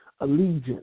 allegiance